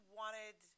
wanted